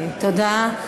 תודה.